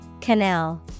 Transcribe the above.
Canal